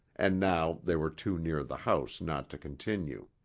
and now they were too near the house not to continue.